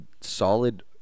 solid